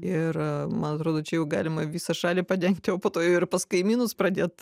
ir man atrodo čia jau galima visą šalį padengti o po to ir pas kaimynus pradėt